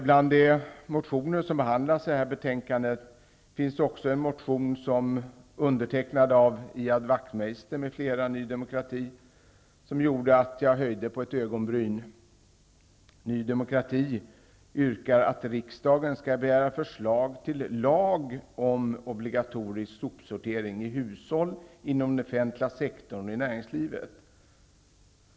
Bland de motioner som behandlas i betänkandet finns en som är undertecknad av Ian Wachtmeister m.fl., Ny demokrati, som gjorde att jag höjde på ett ögonbryn. Ny demokrati yrkar att riksdagen skall begära förslag till lag om obligatorisk sopsortering i hushåll, inom den offentliga sektorn och i näringslivet.